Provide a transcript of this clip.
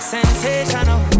Sensational